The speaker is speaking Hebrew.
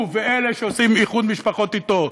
הוא ואלה שעושים איחוד משפחות אתו.